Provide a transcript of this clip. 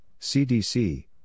CDC